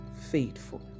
faithful